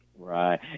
Right